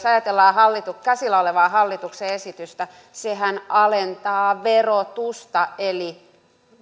ajatellaan käsillä olevaa hallituksen esitystä sehän alentaa verotusta eli